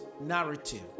narrative